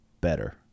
better